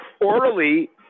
orally